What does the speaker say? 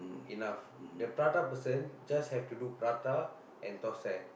enough the prata person just have to do prata and thosai